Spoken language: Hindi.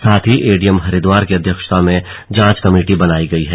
साथ ही एडीएम हरिद्वार की अध्यक्षता में जांच कमेटी बनाई गई है